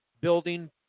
building